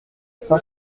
cinq